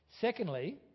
Secondly